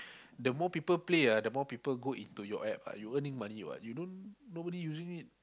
the more people play ah the more people go into your App ah you earning money [what] you don't nobody using it